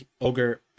ogre